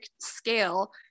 scale